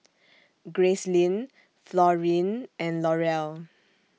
Gracelyn Florene and Laurel